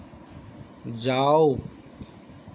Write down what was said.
যাওক